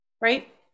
Right